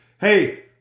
hey